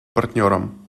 партнером